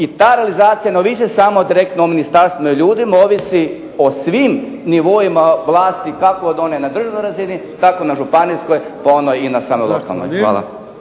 i ta realizacija ne ovisi samo o ministarstvu i ljudima nego ovisi o svim nivoima vlasti kako one na državnoj razni, tako na županijskoj, pa onda i na lokalnoj. Hvala.